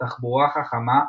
תחבורה חכמה,